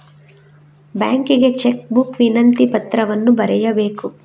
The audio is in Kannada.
ಬ್ಯಾಂಕಿಗೆ ಚೆಕ್ ಬುಕ್ ವಿನಂತಿ ಪತ್ರವನ್ನು ಬರೆಯಬೇಕು